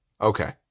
Okay